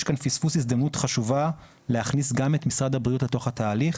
יש כאן פספוס הזדמנות חשובה להכניס גם את משרד הבריאות לתוך התהליך.